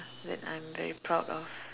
that I'm very proud of